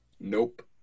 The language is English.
Nope